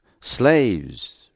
slaves